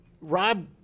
Rob